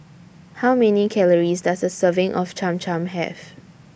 How Many Calories Does A Serving of Cham Cham Have